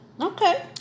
okay